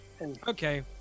Okay